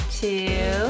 two